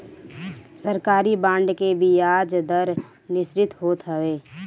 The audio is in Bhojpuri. सरकारी बांड के बियाज दर निश्चित होत हवे